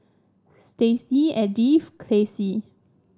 Stacey Edythe Classie